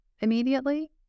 immediately